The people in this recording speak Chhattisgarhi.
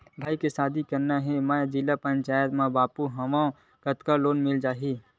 भाई के शादी करना हे मैं जिला पंचायत मा बाबू हाव कतका लोन मिल जाही?